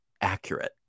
accurate